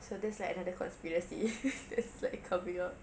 so that's like another conspiracy that's like covering up